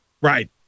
Right